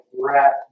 wrap